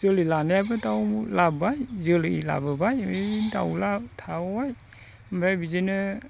जोलै लानायाबो दाउ लाबोबाय जोलै लाबोबाय दाउज्ला थाबावबाय ओमफ्राय बिदिनो